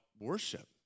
worship